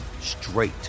straight